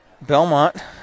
Belmont